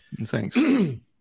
Thanks